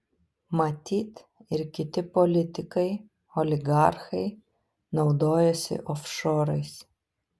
matyt ir kiti politikai oligarchai naudojasi ofšorais